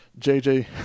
JJ